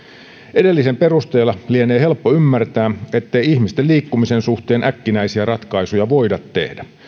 edellisen perusteella lienee helppo ymmärtää ettei ihmisten liikkumisen suhteen äkkinäisiä ratkaisuja voida tehdä